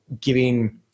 giving